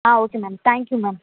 ah okay ma'am thank you ma'am